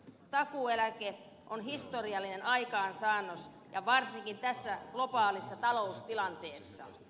takuueläke on historiallinen aikaansaannos ja varsinkin tässä globaalissa taloustilanteessa